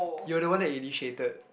you're the one who initiated